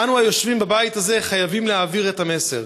אנו היושבים בבית הזה חייבים להעביר את המסר.